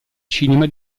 cinema